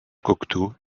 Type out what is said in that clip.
cocteau